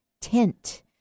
Tint